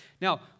Now